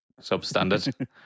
substandard